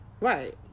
Right